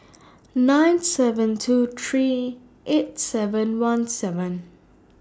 nine seven two three eight seven one seven